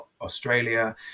Australia